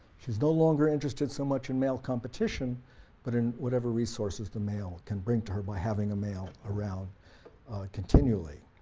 she's no longer interested so much in male competition but in whatever resources the male can bring to her by having a male around continually.